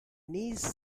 niece